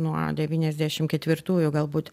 nuo devyniasdešim ketvirtųjų galbūt